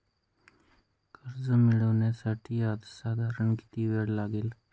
कर्ज मिळविण्यासाठी साधारण किती वेळ लागेल?